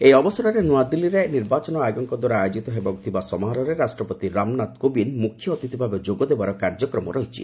ଏହି ଅବସରରେ ନୂଆଦିଲ୍ଲୀରେ ନିର୍ବାଚନ ଆୟୋଗଙ୍କଦ୍ୱାରା ଆୟୋଜିତ ହେବାକୁ ଥବବା ସମାରୋହରେ ରାଷ୍ଟ୍ରପତି ରାମନାଥ କୋବିନ୍ଦ ମୁଖ୍ୟ ଅତିଥି ଭାବେ ଯୋଗଦେବାର କାର୍ଯ୍ୟକ୍ରମ ରହିଛି